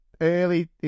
early